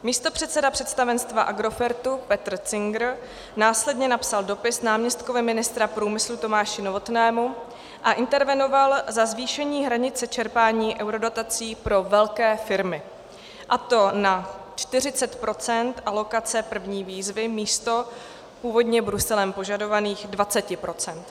Místopředseda představenstva Agrofertu Petr Cingr následně napsal dopis náměstkovi ministra průmyslu Tomáši Novotnému a intervenoval za zvýšení hranice čerpání eurodotací pro velké firmy, a to na 40 % alokace první výzvy místo původně Bruselem požadovaných 20 %.